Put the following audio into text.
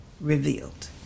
revealed